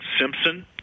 Simpson